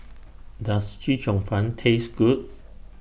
Does Chee Cheong Fun Taste Good